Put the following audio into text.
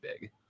big